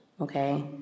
Okay